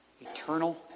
eternal